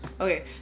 Okay